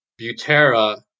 Butera